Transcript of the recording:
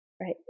Right